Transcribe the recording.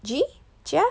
Ji Jia